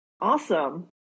awesome